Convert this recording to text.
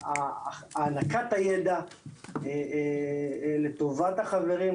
הענקת הידע לטובת החברים,